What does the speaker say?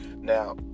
Now